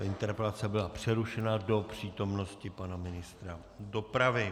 Interpelace byla přerušena do přítomnosti pana ministra dopravy.